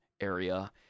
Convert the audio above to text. area